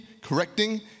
correcting